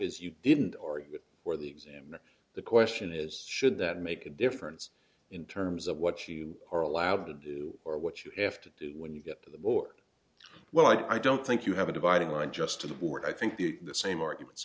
is you didn't argue for the exam the question is should that make a difference in terms of what you are allowed to do or what you have to do when you get to the board well i don't think you have a dividing line just to the board i think the same arguments